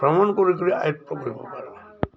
ভ্ৰমণ কৰি কৰি আয়ত্ব কৰিব পাৰোঁ